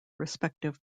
respective